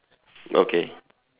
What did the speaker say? okay